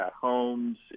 homes